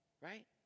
Right